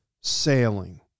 sailing